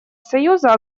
союза